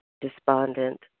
despondent